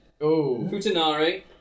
Futanari